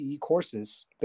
courses